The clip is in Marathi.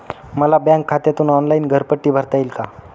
मला बँक खात्यातून ऑनलाइन घरपट्टी भरता येईल का?